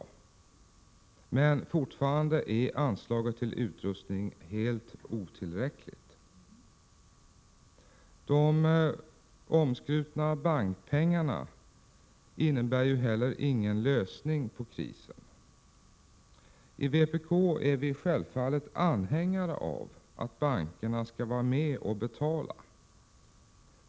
Anslaget till utrustning är emellertid fortfarande helt otillräckligt. De omskrutna bankpengarna innebär heller ingen lösning på krisen. I vpk är vi självfallet anhängare av att bankerna skall vara med och betala.